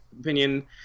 opinion